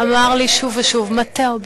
אמר לי שוב ושוב: מתאו,